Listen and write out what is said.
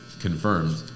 confirmed